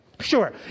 Sure